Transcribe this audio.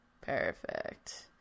Perfect